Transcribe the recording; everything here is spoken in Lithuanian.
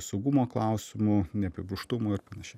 saugumo klausimų neapibrėžtumų ir panašiai